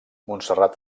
montserrat